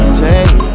take